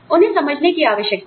उन्हें समझने की आवश्यकता है